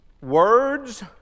words